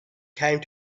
came